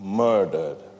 murdered